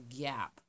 gap